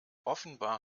offenbar